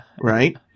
Right